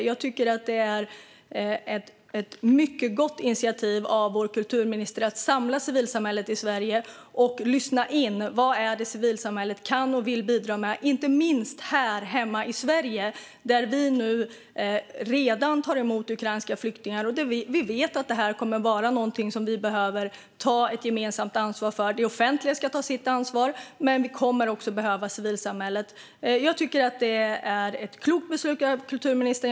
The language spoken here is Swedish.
Jag tycker att det är ett mycket gott initiativ av vår kulturminister att samla civilsamhället i Sverige och lyssna in vad civilsamhället kan och vill bidra med, inte minst här hemma i Sverige, där vi nu redan tar emot ukrainska flyktingar. Vi vet att vi kommer att behöva ta ett gemensamt ansvar för detta. Det offentliga ska ta sitt ansvar, men vi kommer också att behöva civilsamhället. Jag tycker att det var ett klokt beslut av kulturministern.